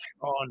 on